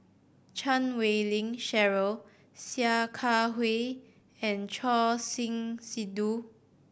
Chan Wei Ling Cheryl Sia Kah Hui and Choor Singh Sidhu